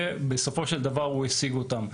בסופו של דבר הוא השיג אותם,